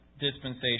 Dispensation